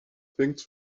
things